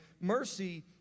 Mercy